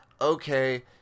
okay